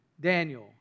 Daniel